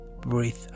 Breathe